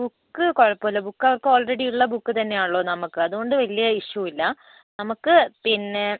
book കുഴപ്പമില്ല book അവർക്ക് already ഉള്ള ബുക്ക് തന്നെയാണല്ലോ നമുക്ക് അതുകൊണ്ട് വലിയ ഇഷ്യൂ ഇല്ല നമുക്ക് പിന്നെ